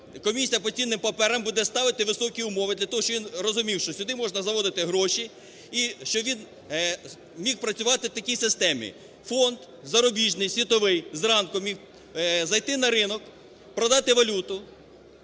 комісія по цінним паперам буде ставити високі умови для того, щоб він розумів, що сюди можна заводити гроші. І щоб він міг працювати в такій системі: фонд зарубіжний світовий зранку міг зайти на ринок, продати валюту,